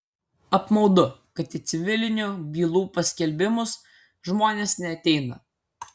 apmaudu kad į civilinių bylų paskelbimus žmonės neateina